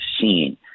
seen